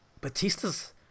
Batista's